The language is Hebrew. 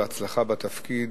להצלחה בתפקיד.